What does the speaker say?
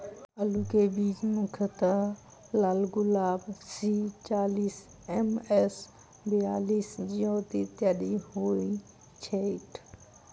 आलु केँ बीज मुख्यतः लालगुलाब, सी चालीस, एम.एस बयालिस, ज्योति, इत्यादि होए छैथ?